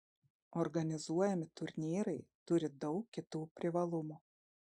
organizuojami turnyrai turi daug kitų privalumų